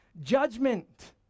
Judgment